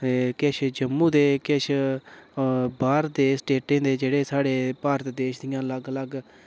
केश जम्मू दे किश बाह्र दे स्टेटें दे जेह्ड़े स्हाडे़ भारत देश दियां अलग अलग